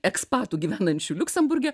ekspatų gyvenančių liuksemburge